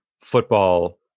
football